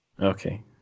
okay